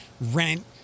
rent